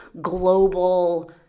global